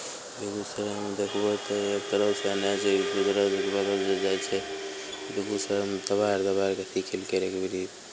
बेगूसरायमे देखबहो तऽ एक तरफसँ एन्नऽ जे ई बगल जे जाइ छै बेगूसरायमे दबाड़ि दबाड़ि कऽ अथी केलकै रहए एक बेरी